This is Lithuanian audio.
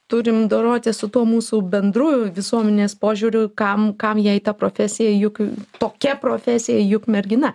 turim dorotis su tuo mūsų bendrųjų visuomenės požiūriu kam kam jai ta profesija juk tokia profesija juk mergina